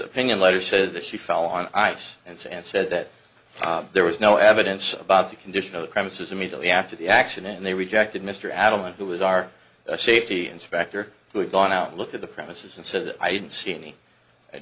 opinion later said that she fell on ice and snow and said that there was no evidence about the condition of the premises immediately after the accident and they rejected mr adelman who was our safety inspector who had gone out and looked at the premises and said that i didn't see any